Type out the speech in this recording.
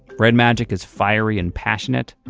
red magic is fiery and passionate.